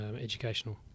educational